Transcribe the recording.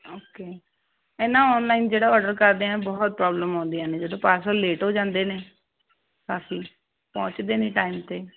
okay ਇਨਾ online ਜਿਹੜਾ order ਕਰਦੇ ਆ ਬਹੁਤ ਪ੍ਰੋਬਲਮ ਆਉਂਦੀਆਂ ਨੇ ਜਦੋਂ ਪਾਰਸਲ ਲੇਟ ਹੋ ਜਾਂਦੇ ਨੇ ਤਾਂ ਕੀ ਪਹੁੰਚਦੇ ਨੀ ਟਾਈਮ ਤੇ